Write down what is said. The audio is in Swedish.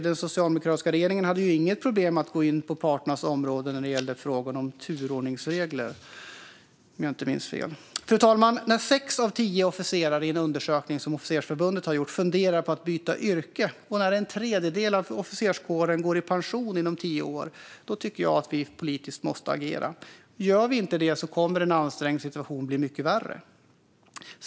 Den socialdemokratiska regeringen hade ju inga problem att gå in på parternas område när det gällde turordningsreglerna, om jag inte minns fel. Fru talman! När en undersökning som Officersförbundet har gjort visar att sex av tio officerare funderar på att byta yrke och en tredjedel av officerskåren går i pension inom tio år måste vi agera politiskt. Gör vi inte det kommer en ansträngd situation att bli mycket värre.